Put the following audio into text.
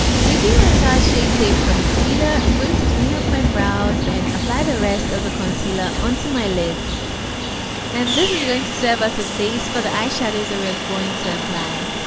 taking my tarte shade tape concealer i'm going to clean up my brows and apply the rest of the concealer onto my lids and this is going to serve as a base for the eyeshadows that we are going to apply